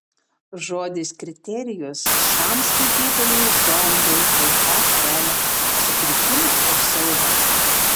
žodis kriterijus šiam skaitytojui zombiui taip pat kelia sutrikimą ir siaubą